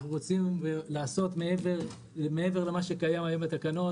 אנחנו רוצים לעשות מעבר למה שקיים היום בתקנות.